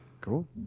Cool